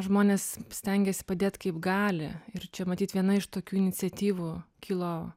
žmonės stengiasi padėt kaip gali ir čia matyt viena iš tokių iniciatyvų kilo